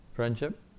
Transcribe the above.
Friendship